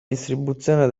distribuzione